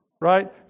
Right